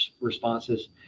responses